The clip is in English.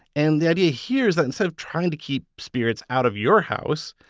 and the idea here is that instead of trying to keep spirits out of your house,